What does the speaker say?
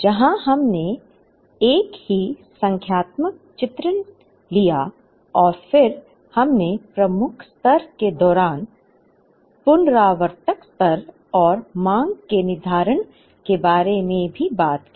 जहां हमने एक ही संख्यात्मक चित्रण लिया और फिर हमने प्रमुख स्तर के दौरान पुनरावर्तक स्तर और मांग के निर्धारण के बारे में भी बात की